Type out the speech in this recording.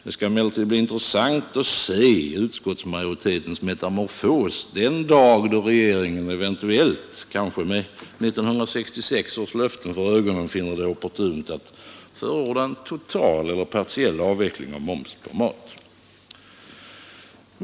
Det skall emellertid bli intressant att se utskottsmajoritetens metamorfos den dag då regeringen eventuellt — kanske med 1966 års löften för ögonen — finner det opportunt att förorda total eller partiell avveckling av momsen på mat.